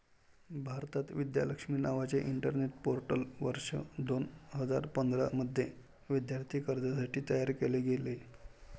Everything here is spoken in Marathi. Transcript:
भारतात, विद्या लक्ष्मी नावाचे इंटरनेट पोर्टल वर्ष दोन हजार पंधरा मध्ये विद्यार्थी कर्जासाठी तयार केले गेले